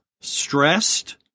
stressed